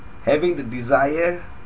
having the desire